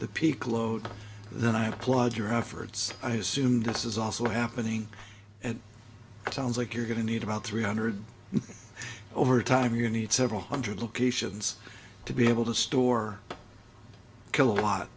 the peak load then i applaud your efforts i assume this is also happening and it sounds like you're going to need about three hundred over time you need several hundred locations to be able to store kilowatt